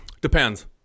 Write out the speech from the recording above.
depends